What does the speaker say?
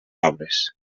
obres